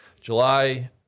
July –